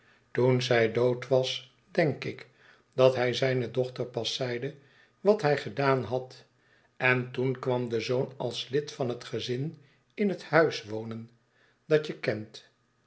stierf zij toen'zij dood was denk ik dat hij zijne dochter pas zeide wat hij gedaan had en toen kwam de zoon als lid van het gezin in het huis wonen dat je kent